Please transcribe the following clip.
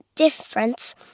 difference